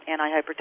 antihypertensive